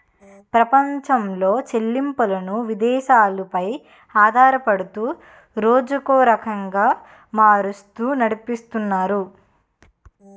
ప్రపంచంలో చెల్లింపులను విదేశాలు పై ఆధారపడుతూ రోజుకో రకంగా మారుస్తూ నడిపితున్నారు